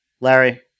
Larry